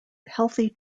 healthy